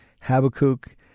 Habakkuk